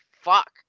fuck